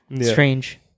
Strange